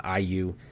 IU